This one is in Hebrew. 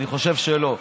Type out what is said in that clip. אני חושב שלא.